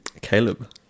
Caleb